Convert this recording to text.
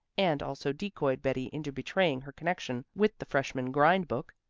and also decoyed betty into betraying her connection with the freshman grind-book,